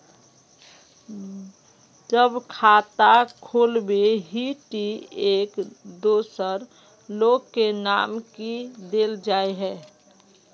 जब खाता खोलबे ही टी एक दोसर लोग के नाम की देल जाए है?